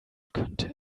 könnte